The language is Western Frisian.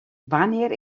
wannear